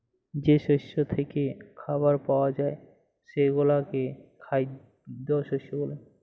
যে শস্য থ্যাইকে খাবার পাউয়া যায় সেগলাকে খাইদ্য শস্য ব্যলে